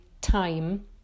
time